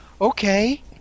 okay